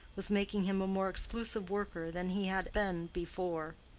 was making him a more exclusive worker than he had been before.